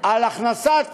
על הכנסת